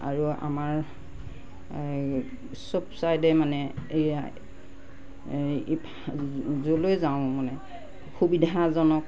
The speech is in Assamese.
আৰু আমাৰ এই চব চাইডে মানে এয়া এই যলৈ যাওঁ মানে সুবিধাজনক